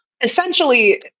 Essentially